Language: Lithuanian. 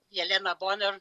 jelena bonor